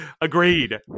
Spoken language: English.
Agreed